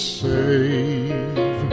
save